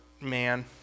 man